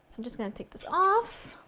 i'm just going to take this off.